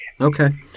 Okay